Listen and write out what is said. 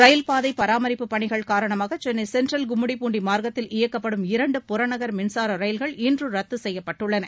ரயில் பாதை பராமரிப்பு பணிகள் காரணமாக சென்னை சென்ட்ரல் கும்மிடிப்பூண்டி மார்க்கத்தில் இரண்டு புறநகர் மின்சார ரயில்கள் இன்று ரத்து செய்யப்பட்டுள்ளன